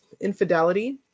infidelity